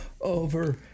over